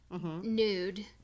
nude